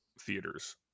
theaters